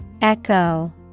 Echo